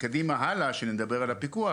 כשנדבר על הפיקוח,